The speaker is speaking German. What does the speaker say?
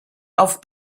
auf